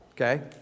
okay